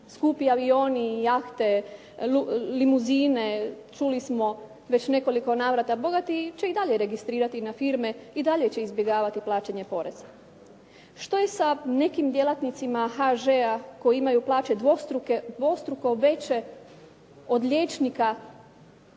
skupi avioni, jahte, limuzine, čuli smo već nekoliko navrata, bogati će i dalje registrirati na firme, i dalje će izbjegavati plaćanje poreza. Što je sa nekim djelatnicima HŽ-a koji imaju plaće dvostruko veće od liječnika